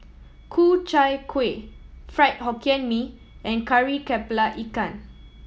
Ku Chai Kueh Fried Hokkien Mee and Kari Kepala Ikan